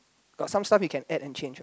got some stuff you can add and change what